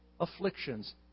afflictions